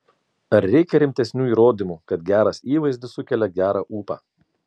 ar reikia rimtesnių įrodymų kad geras įvaizdis sukelia gerą ūpą